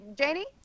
Janie